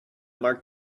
mark